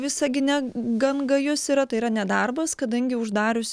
visagine gan gajus yra tai yra nedarbas kadangi uždarius